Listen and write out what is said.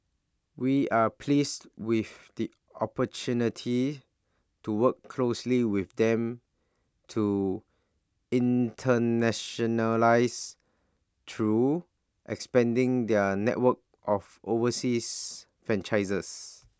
we are pleased with the opportunity to work closely with them to internationalise through expanding their network of overseas franchisees